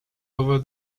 over